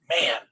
man